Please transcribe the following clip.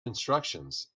instructions